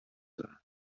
دارم